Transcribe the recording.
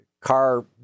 car